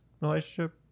relationship